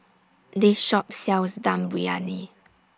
This Shop sells Dum Briyani